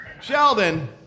Sheldon